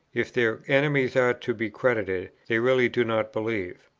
if their enemies are to be credited, they really do not believe?